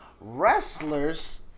wrestlers